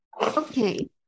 Okay